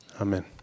Amen